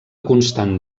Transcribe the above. constant